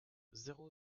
zéro